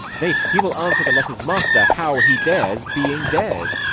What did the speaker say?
nay, he will answer the letter's master, how he dares, being dared.